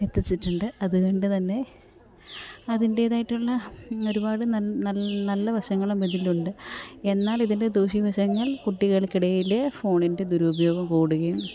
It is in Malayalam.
എത്തിച്ചിട്ടുണ്ട് അതുകൊണ്ട് തന്നെ അതിന്റേതായിട്ടുള്ള ഒരുപാട് നല്ല വശങ്ങളും ഇതിലുണ്ട് എന്നാല് ഇതിന്റെ ദൂശ്യ വശങ്ങള് കുട്ടികള്ക്കിടയിൽ ഫോണിന്റെ ദുരുപയോഗം കൂടുകയും